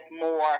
more